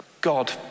God